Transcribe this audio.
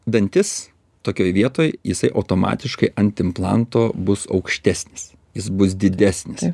dantis tokioj vietoj jisai automatiškai ant implanto bus aukštesnis jis bus didesnis